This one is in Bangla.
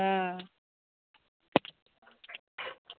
হ্যাঁ